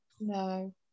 No